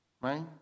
right